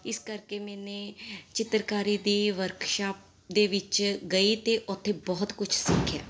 ਇਸ ਕਰਕੇ ਮੈਨੇ ਚਿੱਤਰਕਾਰੀ ਦੀ ਵਰਕਸ਼ਾਪ ਦੇ ਵਿੱਚ ਗਈ ਅਤੇ ਉੱਥੇ ਬਹੁਤ ਕੁਛ ਸਿੱਖਿਆ